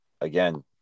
Again